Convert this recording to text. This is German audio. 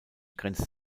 grenzt